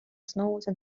основываться